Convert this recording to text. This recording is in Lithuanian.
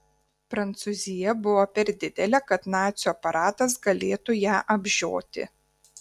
prancūzija buvo per didelė kad nacių aparatas galėtų ją apžioti